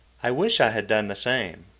i wish i had done the same.